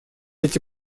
эти